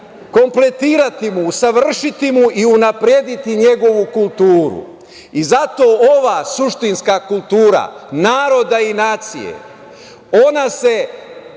kompletirati mu, usavršiti mu i unaprediti njegovu kulturu. Zato ova suštinska kultura naroda i nacije, ona se